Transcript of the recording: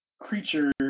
creature